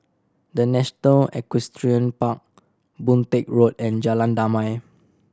The National Equestrian Park Boon Teck Road and Jalan Damai